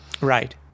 Right